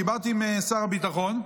דיברתי עם שר הביטחון,